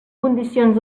condicions